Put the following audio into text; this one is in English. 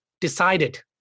decided